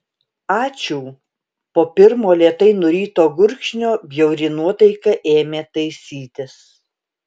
ačiū po pirmo lėtai nuryto gurkšnio bjauri nuotaika ėmė taisytis